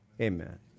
amen